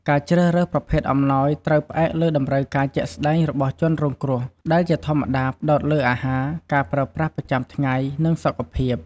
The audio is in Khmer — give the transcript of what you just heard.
ការជ្រើសរើសប្រភេទអំណោយត្រូវផ្អែកលើតម្រូវការជាក់ស្តែងរបស់ជនរងគ្រោះ ដែលជាធម្មតាផ្តោតលើអាហារ ការប្រើប្រាស់ប្រចាំថ្ងៃ និងសុខភាព។